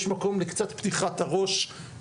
יש מקום לקצת פתיחת הראש,